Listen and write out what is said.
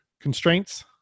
constraints